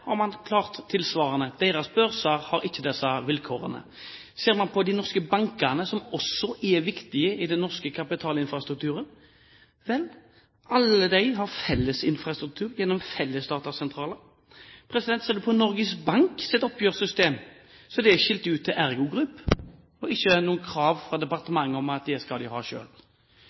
har klart det tilsvarende – deres børser har ikke disse vilkårene. Ser man på de norske bankene, som også er viktige i den norske kapitalinfrastrukturen, har alle disse felles infrastruktur gjennom felles datasentraler. Ser man på Norges Banks oppgjørssystem, er det skilt ut til ErgoGroup, og det er ikke noe krav fra departementet om at det skal de ha